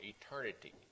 eternity